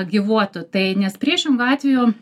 gyvuotų tai nes priešingu atveju